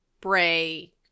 bray